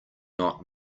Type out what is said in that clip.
not